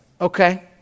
Okay